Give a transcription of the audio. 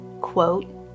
quote